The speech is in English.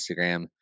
Instagram